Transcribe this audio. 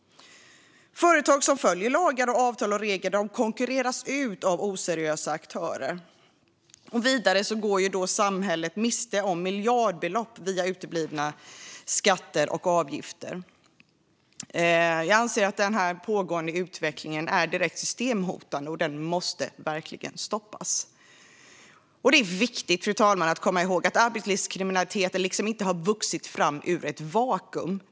Företag som följer lagar, avtal och regler konkurreras ut av oseriösa aktörer. Vidare går samhället miste om miljardbelopp i form av uteblivna skatter och avgifter. Jag anser att den pågående utvecklingen är systemhotande. Den måste verkligen stoppas. Fru talman! Det är viktigt att komma ihåg att arbetslivskriminaliteten inte har vuxit fram ur ett vakuum.